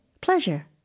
pleasure